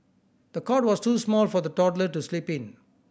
the cot was too small for the toddler to sleep in